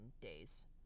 days